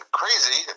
crazy